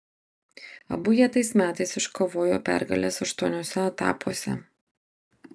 abu jie tais metais iškovojo pergales aštuoniuose etapuose